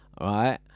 right